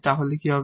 তাহলে কি হবে